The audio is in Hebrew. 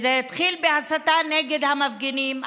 זה התחיל בהסתה נגד המפגינים,